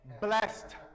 blessed